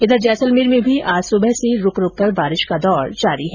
इधर जैसलमेर में भी आज सुबह से रूकरूक कर बारिश का दौर जारी है